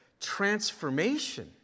transformation